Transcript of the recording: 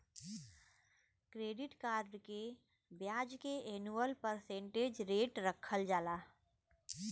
credit cards के ब्याज के एनुअल परसेंटेज रेट रखल जाला